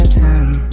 time